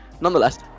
Nonetheless